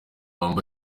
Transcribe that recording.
wambaye